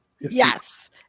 yes